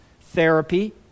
Therapy